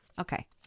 Okay